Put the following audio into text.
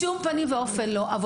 לא,